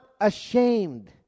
ashamed